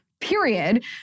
period